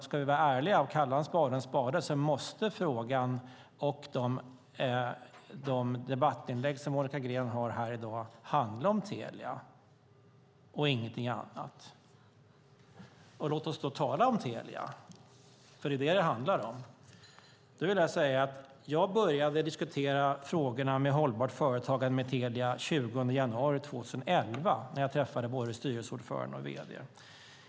Ska vi vara ärliga och kalla en spade en spade måste frågan och de debattinlägg Monica Green har här i dag handla om Telia och ingenting annat. Låt oss då tala om Telia! Det är nämligen Telia det handlar om. Jag vill säga att jag började diskutera frågorna om hållbart företagande med Telia den 20 januari 2011, då jag träffade både styrelseordförande och vd.